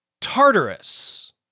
Tartarus